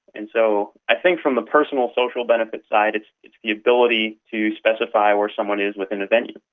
and so i think from the personal social benefit side, it's the ability to specify where someone is within a venue.